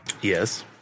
Yes